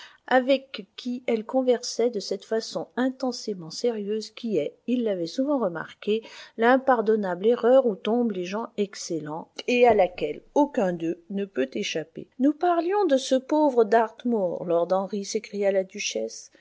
avec qui elle conversait de cette façon intensément sérieuse qui est il l'avait souvent remarqué l'impardonnable erreur où tombent les gens excellents et à laquelle aucun d'eux ne peut échapper nous parlions de ce pauvre dartmoor lord henry s'écria la duchesse